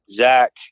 Zach